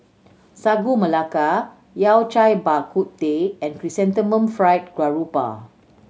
Sagu Melaka Yao Cai Bak Kut Teh and Chrysanthemum Fried Garoupa